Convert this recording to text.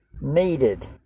needed